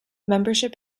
membership